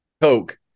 Coke